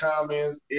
comments